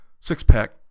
six-pack